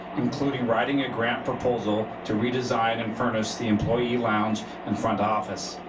including writing a grant proposal to redesign and furnish the employee lounge and front office.